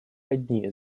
одни